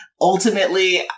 Ultimately